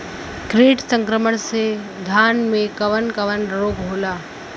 कीट संक्रमण से धान में कवन कवन रोग होला?